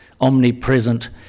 omnipresent